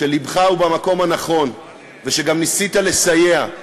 שלבך במקום הנכון ושגם ניסית לסייע,